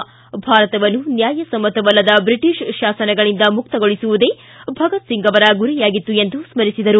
ಭಾರತವನ್ನು ನ್ವಾಯ ಸಮ್ಮತವಲ್ಲದ ಬ್ರಿಟಿಷ್ ಶಾಸನಗಳಿಂದ ಮುಕ್ತಗೊಳಿಸುವುದೇ ಭಗತ್ ಸಿಂಗ್ ಅವರ ಗುರಿಯಾಗಿತ್ತು ಎಂದು ಸ್ಮರಿಸಿದರು